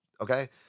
Okay